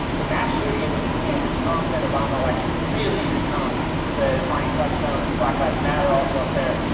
but mass shootings and the trump and obama elections really become the defining touch zones, black lives matter also up there,